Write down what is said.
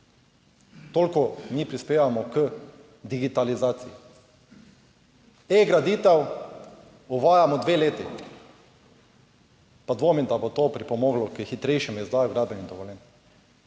Toliko mi prispevamo k digitalizaciji. E-graditev uvajamo dve leti. Pa dvomim, da bo to pripomoglo k hitrejšemu izdaji gradbenih dovoljenj.